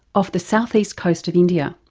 off the southeast coast of india.